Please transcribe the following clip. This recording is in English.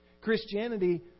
Christianity